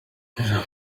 ijambo